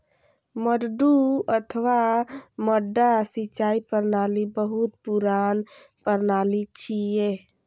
मड्डू अथवा मड्डा सिंचाइ प्रणाली बहुत पुरान प्रणाली छियै